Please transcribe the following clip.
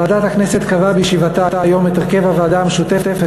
ועדת הכנסת קבעה בישיבתה היום את הרכב הוועדה המשותפת